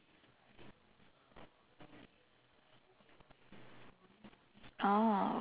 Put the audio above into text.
oh